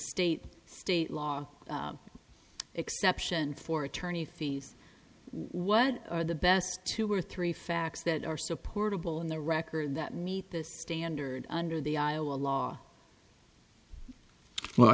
state state law exception for attorney fees what are the best two or three facts that are supportable in the record that meet the standard under the iowa law well i